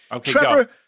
Trevor